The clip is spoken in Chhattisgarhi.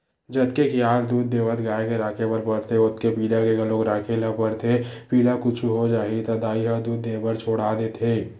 जतके खियाल दूद देवत गाय के राखे बर परथे ओतके पिला के घलोक राखे ल परथे पिला ल कुछु हो जाही त दाई ह दूद देबर छोड़ा देथे